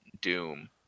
Doom